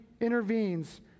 intervenes